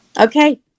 okay